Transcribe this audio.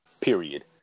Period